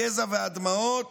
הגזע והדמעות